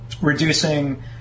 Reducing